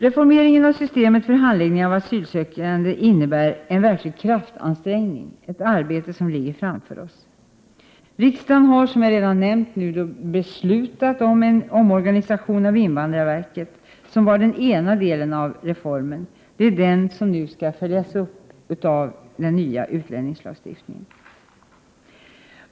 Reformeringen av systemet för handläggning av asylärenden innebär en verklig kraftansträngning — ett arbete som ligger framför oss. Riksdagen har redan beslutat om en omorganisation av invandrarverket. Detta var den ena delen i reformen, och den följs nu av den nya utlänningslagen.